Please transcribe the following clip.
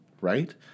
right